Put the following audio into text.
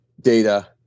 data